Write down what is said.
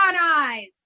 eyes